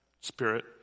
spirit